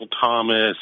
Thomas